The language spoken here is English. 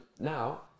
now